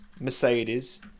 mercedes